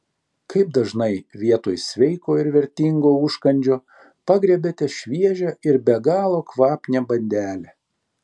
kaip dažnai vietoj sveiko ir vertingo užkandžio pagriebiate šviežią ir be galo kvapnią bandelę